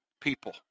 people